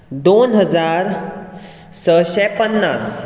दोन हजार सयशें पन्नास